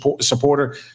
supporter